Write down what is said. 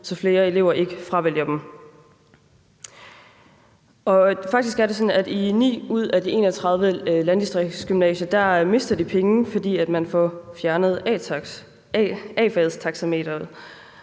så flere elever ikke fravælger dem. Faktisk er det sådan, at på 9 ud af de 31 landdistriktsgymnasier mister de penge, fordi man fjerner A-fagstaxameteret.